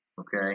okay